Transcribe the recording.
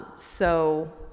so,